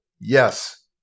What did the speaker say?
yes